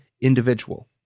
individual